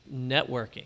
networking